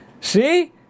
See